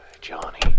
Johnny